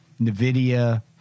NVIDIA